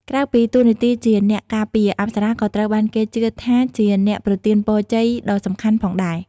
ក្រៅពីតួនាទីជាអ្នកការពារ អប្សរក៏ត្រូវបានគេជឿថាជាអ្នកប្រទានពរជ័យដ៏សំខាន់ផងដែរ។